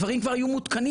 הדברים כבר היו מותקנים.